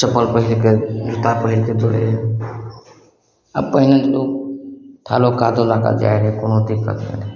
चप्पल पहिरके जूता पहिरके दौड़य रहय आब पहिने लोग थालो कादो दअ कऽ जाइ रहय कुनो तीर्थ स्थान